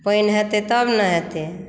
पानि हेतै तब ने हेतै